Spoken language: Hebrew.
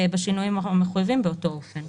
בשינויים המחויבים, באותו אופן.